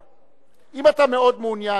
חבר הכנסת זחאלקה, עוד מלה אחת,